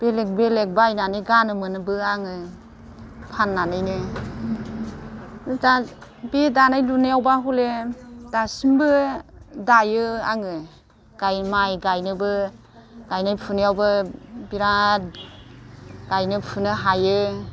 बेलेग बेलेग बायनानै गानोमोनबो आङो फाननानैनो दा बे दानाय लुनायावबा हले दासिमबो दायो आङो माइ गायनोबो गायनाय फुनायावबो बिराद गायनो फुनो हायो